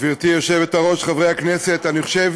גברתי היושבת-ראש, חברי הכנסת, אני חושב